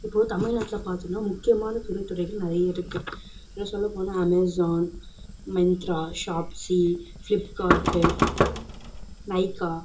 இப்போது தமில்நாட்டில பார்த்தோன்னா முக்கியமான தொழில் துறைகள் நிறைய இருக்குது இன்னும் சொல்ல போனால் அமேசான் மிந்த்ரா ஷாப்ஸி ஃப்ளிப்காட்டு நைகா